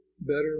better